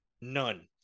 none